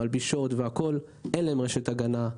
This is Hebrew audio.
למלבישות וכן הלאה אין רשת הגנה,